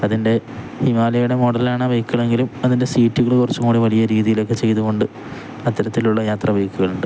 അതിൻ്റെ ഹിമാലയയുടെ മോഡലാണാ ബൈക്കുകളെങ്കിലും അതിൻ്റെ സീറ്റുകൾ കുറച്ചുംകൂടി വലിയ രീതിയിലൊക്കെ ചെയ്തുകൊണ്ട് അത്തരത്തിലുള്ള യാത്ര ബൈക്കുകളുണ്ട്